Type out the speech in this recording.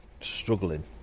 struggling